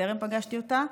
וטרם פגשתי אותה.